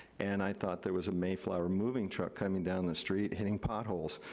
and i thought there was a mayflower moving truck coming down the street hitting potholes,